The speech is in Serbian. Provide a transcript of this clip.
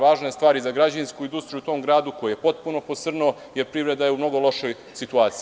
Važna je stvar za građevinsku industriju u tom gradu, koji je potpuno posrnuo, jer privreda je u mnogo lošoj situaciji.